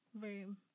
room